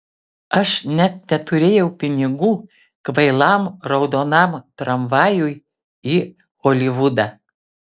aš net neturėjau pinigų kvailam raudonam tramvajui į holivudą